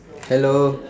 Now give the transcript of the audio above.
hello